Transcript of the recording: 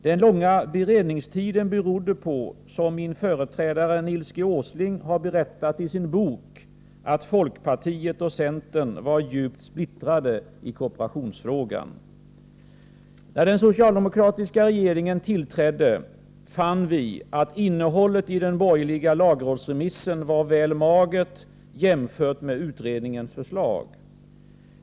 Den långa beredningstiden berodde på att, som min företrädare Nils G. Åsling har berättat i sin bok, folkpartiet och centern var djupt splittrade i kooperationsfrågan. När den socialdemokratiska regeringen tillträdde fann vi att innehållet i den borgerliga lagrådsremissen var väl magert jämfört med utredningens förslag.